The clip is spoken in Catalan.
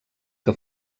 que